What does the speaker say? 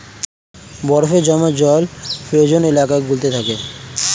বরফে জমা জল ফ্রোজেন এলাকা গুলোতে থাকে